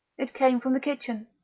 it came from the kitchen.